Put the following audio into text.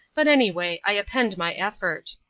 but, anyway, i append my effort